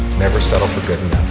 never settle for good